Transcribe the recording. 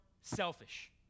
selfish